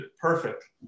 perfect